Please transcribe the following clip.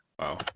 wow